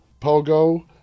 Pogo